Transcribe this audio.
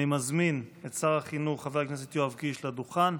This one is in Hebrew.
אני מזמין את שר החינוך חבר הכנסת יואב קיש לדוכן.